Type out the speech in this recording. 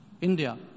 India